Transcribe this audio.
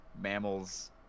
mammals